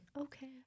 okay